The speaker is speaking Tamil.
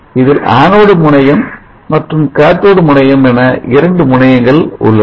இதில் Anode முனையம் மற்றும் Cathode முனையம் என இரண்டு முனையங்கள் உள்ளன